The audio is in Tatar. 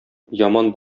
яман